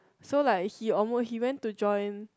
so like he almo~ he went to join